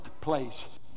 place